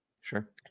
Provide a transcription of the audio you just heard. Sure